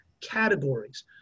categories